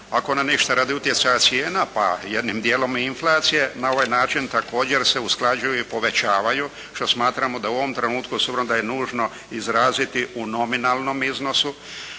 ako na ništa radi utjecaja cijena pa jednim dijelom i inflacije na ovaj način također se usklađuju i povećavaju, što smatramo da u ovom trenutku, s obzirom da je nužno izraziti u nominalnom iznosu